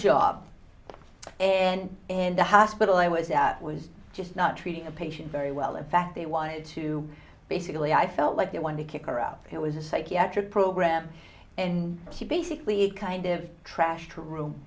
job and and the hospital i was at was just not treating a patient very well in fact they wanted to basically i felt like they wanted to kick her out it was a psychiatric program and she basically kind of trashed